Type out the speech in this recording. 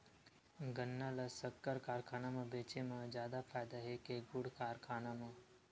गन्ना ल शक्कर कारखाना म बेचे म जादा फ़ायदा हे के गुण कारखाना म?